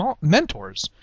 Mentors